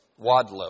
Wadlow